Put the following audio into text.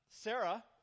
Sarah